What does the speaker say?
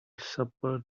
shepherd